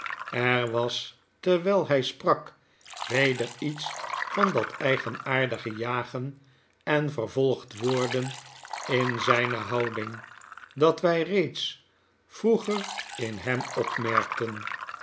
er was terwyl hy sprak weder iets van dat eigenaardige jagen envervolgd worden in zyne houding dat wy reeds vroeger in bem opmerkten